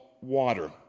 water